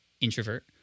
introvert